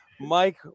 Mike